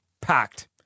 Packed